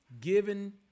given